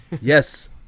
Yes